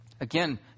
Again